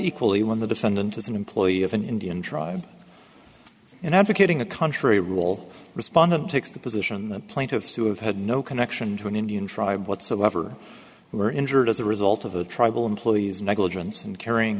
equally when the defendant is an employee of an indian tribe and advocating a contrary role respondent takes the position the plaintiffs who have had no connection to an indian tribe whatsoever were injured as a result of a tribal employee's negligence and carrying